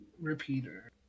Repeater